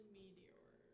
meteor